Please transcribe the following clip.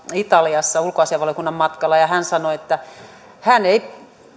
italiassa ulkoasiainvaliokunnan matkalla hän sanoi että hän ei